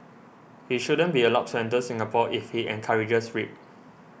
he shouldn't be allowed to enter Singapore if he encourages rape